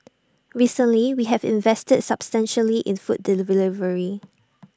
recently we have invested substantially in food